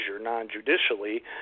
non-judicially